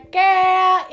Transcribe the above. girl